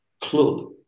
club